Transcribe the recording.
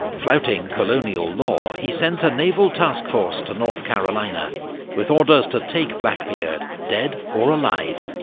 flouting colonial law, he sent a naval task force to north carolina with orders to take blackbeard dead or alive.